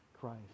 Christ